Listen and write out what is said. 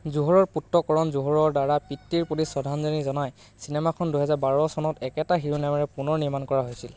জোহৰৰ পুত্ৰ কৰণ জোহৰৰ দ্বাৰা পিতৃৰ প্ৰতি শ্ৰদ্ধাঞ্জলি জনাই চিনেমাখন দুহেজাৰ বাৰ চনত একেটা শিৰোনামেৰে পুনৰ নিৰ্মাণ কৰা হৈছিল